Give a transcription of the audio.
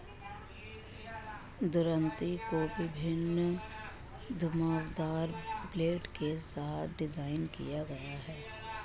दरांती को विभिन्न घुमावदार ब्लेड के साथ डिज़ाइन किया गया है